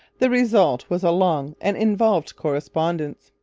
the result was a long and involved correspondence,